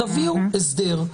תביאו הסדר.